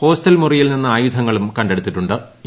hostel മുറിയിൽ നിന്ന് ആയുധങ്ങളും ക െടുത്തിട്ടു ്